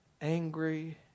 angry